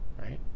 right